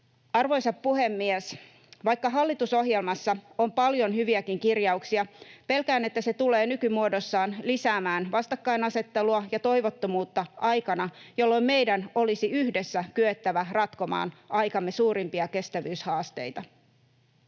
Arvoisa puhemies! Vaikka hallitusohjelmassa on paljon hyviäkin kirjauksia, pelkään, että se tulee nykymuodossaan lisäämään vastakkainasettelua ja toivottomuutta aikana, jolloin meidän olisi yhdessä kyettävä ratkomaan aikamme suurimpia kestävyyshaasteita.